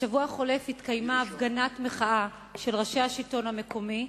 בשבוע החולף התקיימה הפגנת מחאה של ראשי השלטון המקומי.